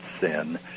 sin